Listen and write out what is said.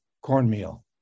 cornmeal